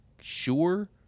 sure